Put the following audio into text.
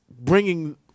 bringing